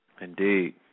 Indeed